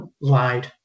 lied